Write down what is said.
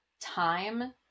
time